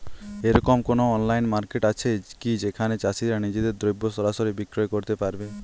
এরকম কোনো online market আছে কি যেখানে চাষীরা নিজেদের দ্রব্য সরাসরি বিক্রয় করতে পারবে?